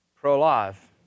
pro-life